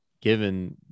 given